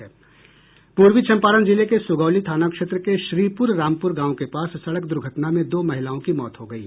पूर्वी चंपारण जिले के सुगौली थाना क्षेत्र कें श्रीपुर रामपुर गांव के पास सड़क दुर्घटना में दो महिलाओं की मौत हो गयी